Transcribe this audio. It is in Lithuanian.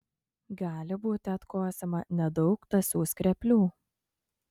gali būti atkosima nedaug tąsių skreplių